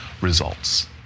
results